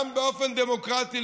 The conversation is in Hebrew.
גם באופן דמוקרטי,